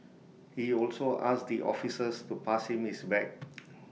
he also asked the officers to pass him his bag